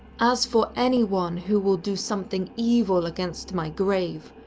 as for anyone who will do something evil against my grave,